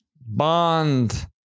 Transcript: bond